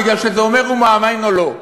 כי זה אומר אם הוא מאמין או לא.